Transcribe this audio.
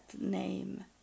name